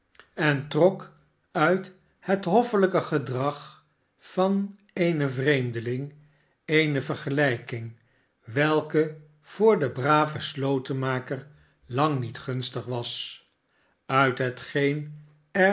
en trok uit het hoffelijke gedrag van een vreemdeling eene vergelijking welke voor den braven slotenmaker lang niet gunstig was uit hetgeen er